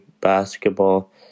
basketball